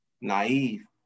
naive